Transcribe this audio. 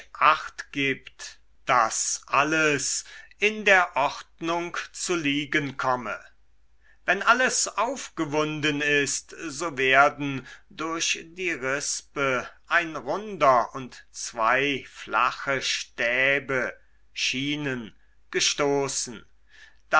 zugleich achtgibt daß alles in der ordnung zu liegen komme wenn alles aufgewunden ist so werden durch die rispe ein runder und zwei flache stäbe schienen gestoßen